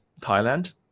Thailand